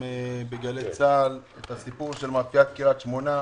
בגלי צה"ל, הסיפור של מאפיית קריית שמונה,